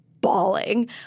bawling